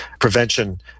prevention